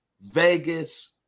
Vegas